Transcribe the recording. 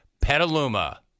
Petaluma